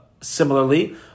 similarly